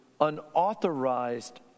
unauthorized